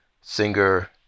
singer